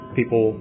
people